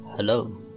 Hello